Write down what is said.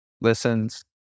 listens